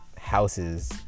houses